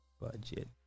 budget